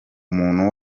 umuntu